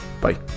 Bye